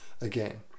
again